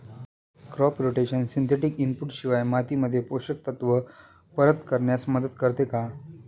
Crop rotation synthetic input शिवाय मातीमध्ये पोषक तत्त्व परत करण्यास मदत करते का?